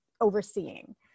overseeing